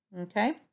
okay